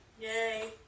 Yay